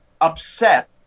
upset